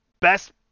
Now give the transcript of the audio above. best